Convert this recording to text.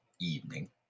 evening